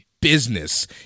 business